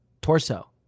Torso